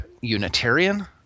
Unitarian